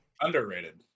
Underrated